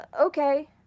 okay